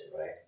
right